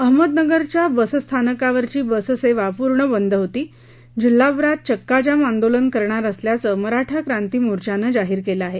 अहमदनगरच्या बसस्थानकावरची बससेवा पूर्ण बंद असून जिल्हाभरात चक्का जाम आंदोलन करणार असल्याचं मराठा क्रांती मोर्चानं जाहीर केलं आहे